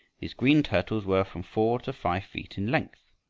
these green turtles were from four to five feet in length.